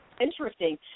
interesting